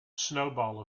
snowball